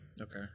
okay